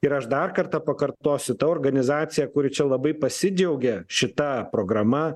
ir aš dar kartą pakartosiu ta organizacija kuri čia labai pasidžiaugė šita programa